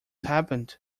happened